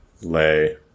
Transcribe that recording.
lay